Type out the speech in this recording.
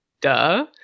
Duh